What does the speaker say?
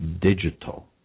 digital